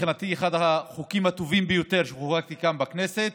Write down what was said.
הייתה מבחינתי אחד החוקים הטובים ביותר שחוקקתי כאן בכנסת.